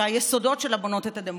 שהיסודות שלהם בונים את הדמוקרטיה.